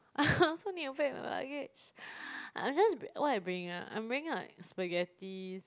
I also need to pack my luggage I'm just br~ what I bringing ah I'm bringing like spaghettis